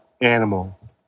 animal